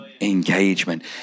engagement